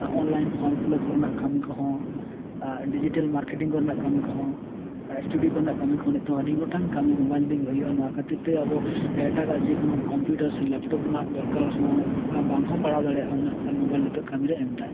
online form fill up ᱠᱚᱨᱮᱱᱟᱜ ᱠᱟᱹᱢᱤ ᱠᱚᱦᱚᱸ ᱰᱤᱡᱤᱴᱮᱞ ᱢᱟᱨᱠᱮᱴᱤᱝ ᱠᱚᱨᱮᱱᱟᱜ ᱠᱟᱹᱢᱤ ᱠᱚᱦᱚᱸ ᱟᱨ ᱥᱴᱩᱰᱤᱭᱳ ᱠᱚᱨᱮᱱᱟᱜ ᱠᱟᱹᱢᱤ ᱠᱚᱦᱚᱸ ᱱᱤᱛᱚᱜ ᱟᱹᱰᱤ ᱜᱚᱴᱟᱝ ᱠᱟᱹᱢᱤ ᱢᱚᱵᱟᱭᱤᱞ ᱛᱮᱜᱮ ᱦᱩᱭᱩᱜᱼᱟ ᱱᱚᱣᱟ ᱠᱷᱟᱹᱛᱤᱨᱛᱮ ᱟᱵᱚ ᱮᱴᱟᱜᱟᱜ ᱡᱮᱠᱳᱱᱳ ᱠᱚᱢᱯᱤᱭᱩᱴᱟᱨ ᱥᱮ ᱞᱮᱯᱴᱚᱯ ᱨᱮᱱᱟᱜ ᱫᱚᱨᱠᱟᱨ ᱦᱚᱸ ᱵᱟᱝ ᱦᱚᱸ ᱯᱟᱲᱟᱣ ᱫᱟᱲᱮᱭᱟᱜᱼᱟ ᱩᱱᱟᱹᱜ ᱜᱟᱱ ᱢᱚᱵᱟᱭᱤᱞ ᱱᱤᱛᱚᱜ ᱠᱟᱹᱢᱤᱨᱮ ᱮᱢᱫᱟᱭ